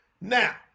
Now